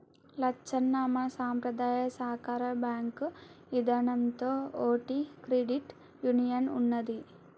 లచ్చన్న మన సంపద్రాయ సాకార బాంకు ఇదానంలో ఓటి క్రెడిట్ యూనియన్ ఉన్నదీ